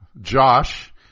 Josh